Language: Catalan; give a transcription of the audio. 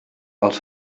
els